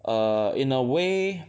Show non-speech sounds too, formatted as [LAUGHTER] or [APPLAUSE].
err in a way [NOISE]